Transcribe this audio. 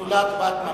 בתולת בת מפא"י.